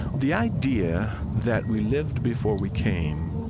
the idea that we lived before we came,